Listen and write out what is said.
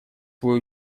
свои